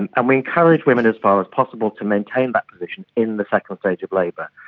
and and we encouraged women as far as possible to maintain that position in the second stage of labour,